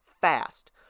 fast